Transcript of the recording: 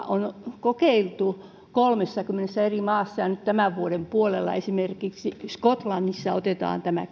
on kokeiltu kolmessakymmenessä eri maassa ja nyt tämän vuoden puolella esimerkiksi skotlannissa otetaan tämä